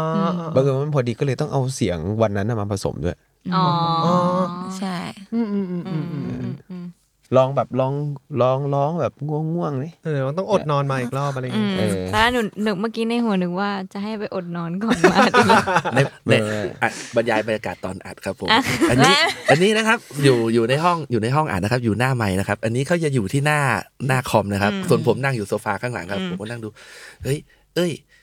อ๋ออ๋ออ๋อบังเอิญว่าพอดีก็เลยต้องเอาเสียงวันนั้นน่ะมาผสมด้วยอ๋ออ๋ออ๋อใช่อืมอืมอืมอืมอืมอืมเออลองแบบลองลองร้องแบบง่วงๆนี่เออมันต้องอดนอนมาอีกรอบอะไรอย่างเงี้ยอืมเออแต่ว่าหนูนึกเมื่อกี้ในหัวนึกว่าจะให้ไปอดนอนก่อนมาเนี่ยเออเนี่ยอัดบรรยายบรรยากาศตอนอัดครับผมอ่ะอันนี้แม่อันนี้นะครับอยู่-อยู่ในห้องอยู่ในห้องอัดนะครับอยู่หน้าไมค์นะครับอันนี้เขาจะอยู่ที่หน้าหน้าคอมนะครับอืมส่วนผมนั่งอยู่โซฟาข้างหลังครับผมก็นั่งดูเฮ้ยเอ้ย